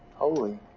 holy.